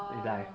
he die